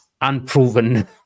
unproven